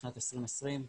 בשנת 2020,